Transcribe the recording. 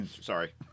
Sorry